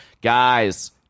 guys